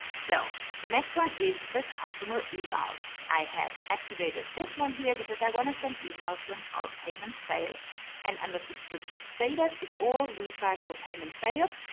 so the next one is customer emails. i have activated this one here because i want to send emails when card payments fail and under subscription status if all retries for payment fail,